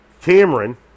Cameron